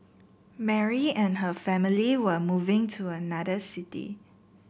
Mary and her family were moving to another city